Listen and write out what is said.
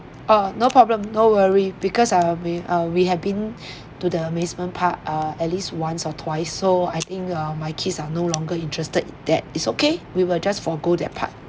uh no problem no worry because I'll be uh we have been to the amusement park uh at least once or twice so I think uh my kids are no longer interested that it's okay we will just forgo that part